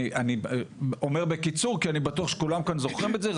אני אומר בקיצור כי אני בטוח שכולם כאן זוכרים את זה,